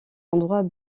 endroits